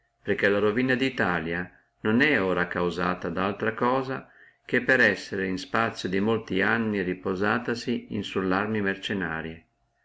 perché ora la ruina di italia non è causata da altro che per essere in spazio di molti anni riposatasi in sulle arme mercennarie